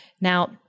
Now